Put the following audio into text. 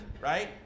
right